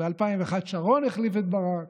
ב-2001 שרון החליף את ברק,